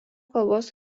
kalbos